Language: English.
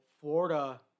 Florida